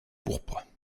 pourpres